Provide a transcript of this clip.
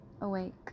awake